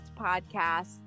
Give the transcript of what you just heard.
podcast